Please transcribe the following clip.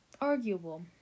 arguable